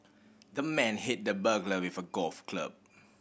the man hit the burglar with a golf club